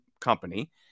Company